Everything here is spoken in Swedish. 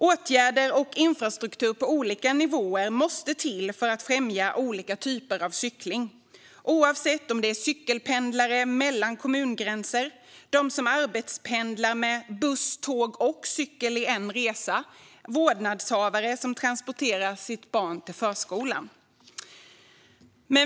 Åtgärder och infrastruktur på olika nivåer måste till för att främja olika typer av cykling, oavsett om det handlar om cykelpendlare mellan kommungränser, dem som arbetspendlar med buss, tåg och cykel i en resa eller vårdnadshavare som transporterar sitt barn till förskolan.